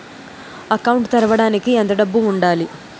Account తెరవడానికి ఎంత డబ్బు ఉండాలి?